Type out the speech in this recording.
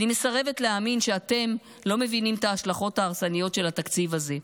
אני מסרבת להאמין שאתם לא מבינים את ההשלכות ההרסניות של התקציב הזה.